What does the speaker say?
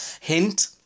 hint